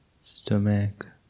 stomach